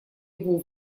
его